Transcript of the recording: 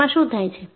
એમાં શું થાય છે